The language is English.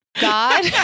God